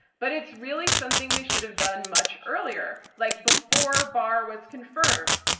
but it's really something they should have done much earlier. like before barr was confirmed.